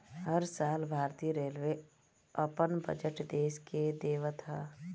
हर साल भारतीय रेलवे अपन बजट देस के देवत हअ